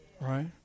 Right